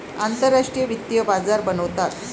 आंतरराष्ट्रीय वित्तीय बाजार बनवतात